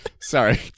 Sorry